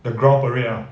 the ground parade ah